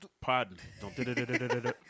Pardon